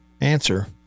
answer